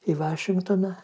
į vašingtoną